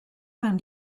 mewn